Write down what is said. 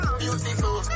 beautiful